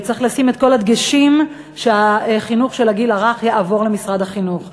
צריך לשים את כל הדגשים שהחינוך של הגיל הרך יעבור למשרד החינוך.